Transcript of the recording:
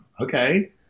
Okay